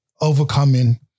overcoming